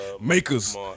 Makers